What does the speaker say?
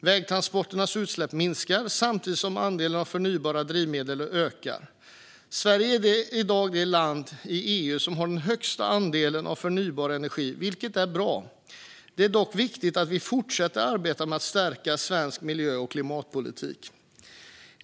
Vägtransporternas utsläpp minskar, samtidigt som andelen förnybara drivmedel ökar. Sverige är i dag det land i EU som har högst andel förnybar energi, vilket är bra. Det är dock viktigt att vi fortsätter arbeta med att stärka svensk miljö och klimatpolitik.